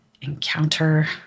encounter